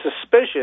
suspicious